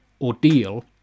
ordeal